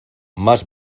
más